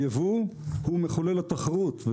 הייבוא הוא מחולל התחרות,